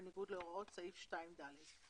בניגוד להוראות סעיף 2(ד)".